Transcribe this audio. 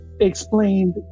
explained